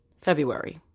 February